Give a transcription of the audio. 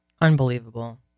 Unbelievable